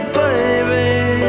baby